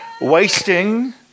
wasting